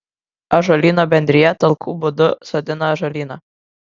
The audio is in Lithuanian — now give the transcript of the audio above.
ąžuolyno bendrija talkų būdu sodina ąžuolyną